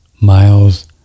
Miles